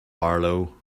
barlow